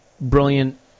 brilliant